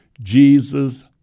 Jesus